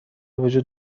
وجود